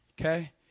okay